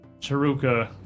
Charuka